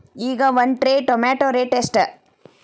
ಈಗ ಒಂದ್ tray tomato rate ಎಷ್ಟ?